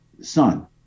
son